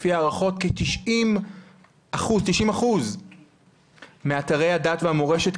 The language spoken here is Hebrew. לפי הערכות כתשעים אחוז מאתרי הדת והמורשת,